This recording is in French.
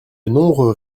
nombreux